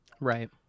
Right